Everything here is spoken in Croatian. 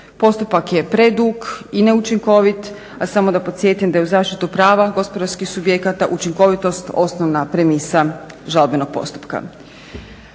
Postupak je predug i neučinkovit, a samo da podsjetim da je u zaštiti prava gospodarskih subjekata učinkovitost osnovna premisa žalbenog postupka.